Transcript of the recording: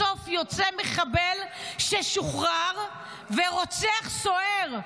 בסוף יוצא מחבל ששוחרר ורוצח סוהר.